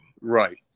right